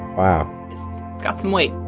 wow. it's got some weight